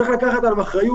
צריך לקחת עליו אחריות.